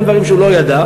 וגם דברים שהוא לא ידע.